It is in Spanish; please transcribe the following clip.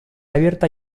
abierta